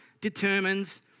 determines